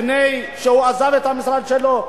לפני שהוא עזב את המשרד שלו,